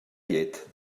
llet